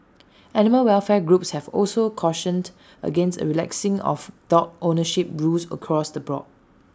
animal welfare groups have also cautioned against A relaxing of dog ownership rules across the board